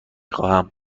خواهم